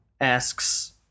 asks